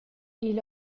igl